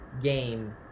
game